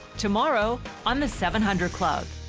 tomorrow on the seven hundred club.